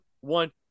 one